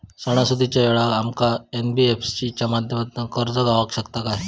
सणासुदीच्या वेळा आमका एन.बी.एफ.सी च्या माध्यमातून कर्ज गावात शकता काय?